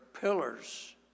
pillars